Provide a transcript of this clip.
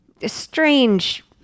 strange